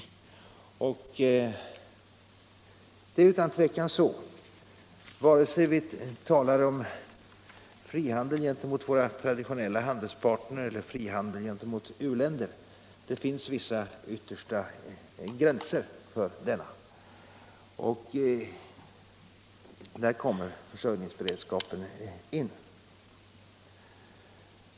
Vare sig vi talar om frihandel gentemot våra traditionella handelspartner eller om frihandel gentemot u-länder är det utan tvekan så att det finns vissa yttersta gränser för frihandeln, och där kommer försörjningsberedskapen in.